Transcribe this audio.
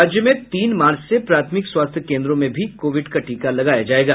राज्य में तीन मार्च से प्राथमिक स्वास्थ्य केन्द्रों में भी कोविड का टीका लगाया जायेगा